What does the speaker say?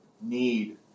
need